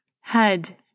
head